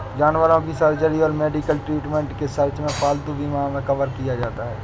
जानवरों की सर्जरी और मेडिकल ट्रीटमेंट के सर्च में पालतू बीमा मे कवर किया जाता है